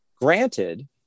granted